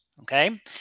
okay